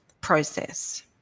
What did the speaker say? process